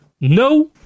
No